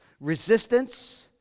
resistance